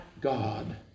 God